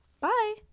bye